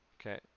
okay